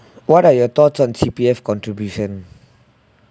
what are your thoughts on C_P_F contribution